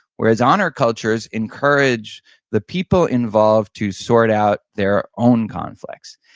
whereas honor cultures encourage the people involved to sort out their own conflicts.